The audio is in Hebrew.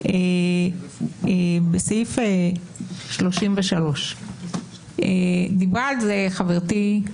סעיף 33, דיברה על זה חברתי,